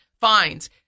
fines